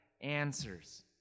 answers